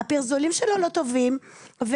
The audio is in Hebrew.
הפרזולים שלו לא טובים.